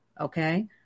Okay